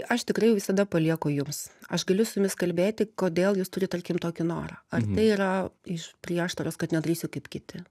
aš tikrai visada palieku jums aš galiu su jumis kalbėti kodėl jūs turit tarkim tokį norą ar tai yra iš prieštaros kad nedarysiu kaip kiti